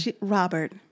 Robert